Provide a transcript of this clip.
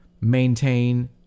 maintain